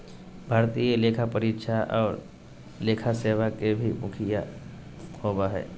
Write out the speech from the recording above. भारतीय लेखा परीक्षा और लेखा सेवा के भी मुखिया होबो हइ